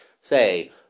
say